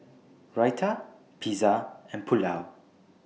Raita Pizza and Pulao